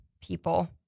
people